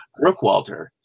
Brookwalter